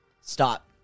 stop